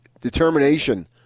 determination